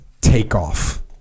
takeoff